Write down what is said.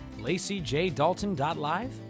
LaceyJDalton.live